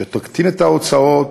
שתקטין את ההוצאות,